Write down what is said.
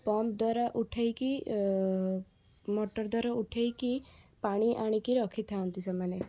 ପମ୍ପଦ୍ଵାରା ଉଠେଇକି ମଟରଦ୍ଵାରା ଉଠେଇକି ପାଣି ଆଣିକି ରଖିଥାଆନ୍ତି ସେମାନେ